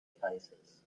cases